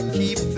keep